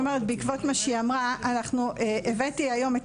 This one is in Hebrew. בעקבות הדברים שהיא אמרה הבאתי היום את